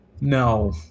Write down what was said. No